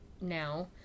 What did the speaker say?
now